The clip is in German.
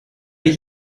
ich